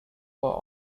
for